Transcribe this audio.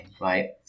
right